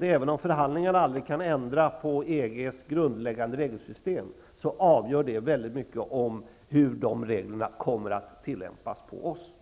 Även om förhandlingarna aldrig kan ändra på EG:s grundläggande regelsystem, avgör de i hög grad hur reglerna kommer att tillämpas på oss.